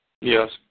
Yes